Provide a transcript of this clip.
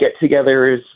get-togethers